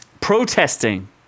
Protesting